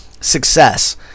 success